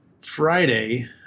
Friday